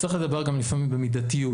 צריך לדבר גם לפעמים במידתיות.